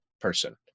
person